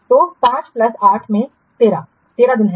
तो 5 प्लस 8 में 13 दिन है